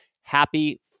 happy